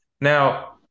Now